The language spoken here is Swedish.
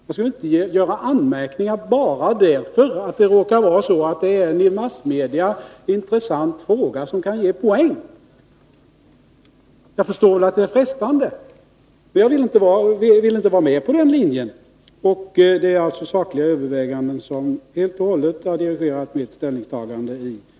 Man skall väl inte göra anmärkningar bara därför att det är fråga om en för massmedia intressant fråga som kan ge poäng. Jag förstår att det är frestande, men jag vill inte följa den linjen. Det är alltså helt och hållet sakliga överväganden som dirigerat mitt ställningstagande i utskottet.